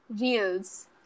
reels